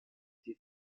die